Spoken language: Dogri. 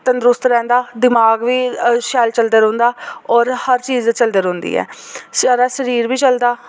तंदरुस्त रैह्ंदा दिमाग बी शैल चलदा रौह्ंदा होर हर चीज़ चलदे रौह्ंदी ऐ साढ़ा शरीर बी चलदा